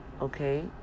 Okay